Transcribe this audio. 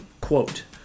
quote